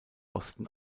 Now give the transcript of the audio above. osten